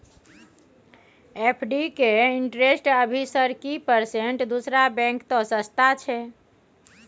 FD के interest अभी sir की परसेंट दूसरा बैंक त सस्ता छः?